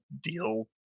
deal